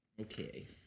Okay